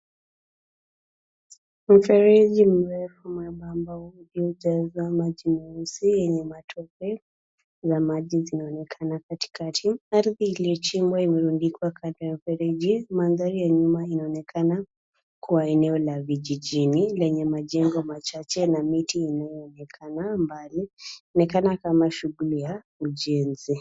Mfereji mrefu mwembamba uliojaza maji meusi yenye matope, na maji zinaonekana katikati. Ardhi iliyochimbwa imerundikwa kando ya mfereji. Mandhari ya nyuma inaonekana kuwa eneo la vijijini lenye majengo machache na miti inaonekana mbali inaonekana kama shughuli ya ujenzi.